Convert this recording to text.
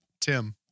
Tim